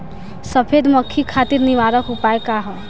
सफेद मक्खी खातिर निवारक उपाय का ह?